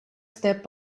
step